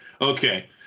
Okay